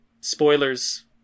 spoilers